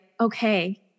okay